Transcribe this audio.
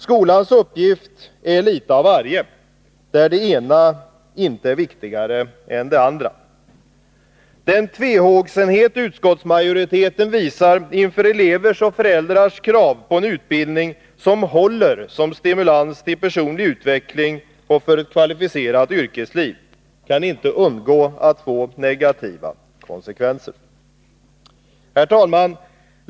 Skolans uppgift är litet av varje, där det ena inte är viktigare än det andra. Den tvehågsenhet utskottsmajoriteten visar inför elevers och föräldrars krav på en utbildning som håller som stimulans till personlig utveckling och för ett kvalificerat yrkesliv kan inte undgå att få negativa konsekvenser. Herr talman!